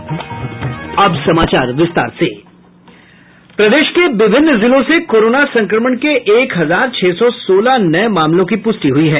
प्रदेश के विभिन्न जिलों से कोरोना संक्रमण के एक हजार छह सौ सोलह नये मामलों की पुष्टि हुई है